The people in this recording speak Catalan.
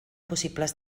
possibles